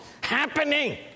happening